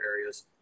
areas